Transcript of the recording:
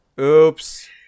Oops